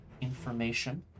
information